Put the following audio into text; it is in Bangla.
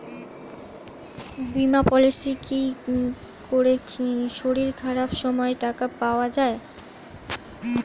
বীমা পলিসিতে কি করে শরীর খারাপ সময় টাকা পাওয়া যায়?